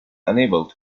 unable